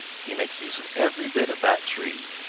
he makes use of every bit of that tree.